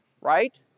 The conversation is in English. right